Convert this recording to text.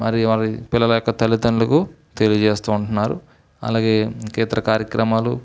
మరి వారి పిల్లల యొక్క తల్లిదండ్రులకు తెలియజేస్తూ ఉంటున్నారు అలాగే ఇంక ఇతర కార్యక్రమాలు